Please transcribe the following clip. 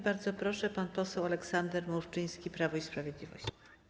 Bardzo proszę, pan poseł Aleksander Mrówczyński, Prawo i Sprawiedliwość.